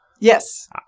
Yes